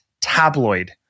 tabloid